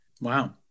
Wow